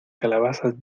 calabazas